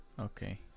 Okay